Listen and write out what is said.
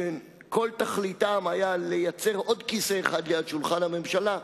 שכל תכליתם היתה לייצר עוד כיסא אחד ליד שולחן הממשלה,